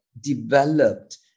developed